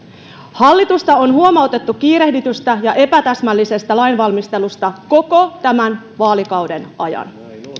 hallitusta on huomautettu kiirehditystä ja epätäsmällisestä lainvalmistelusta koko tämän vaalikauden ajan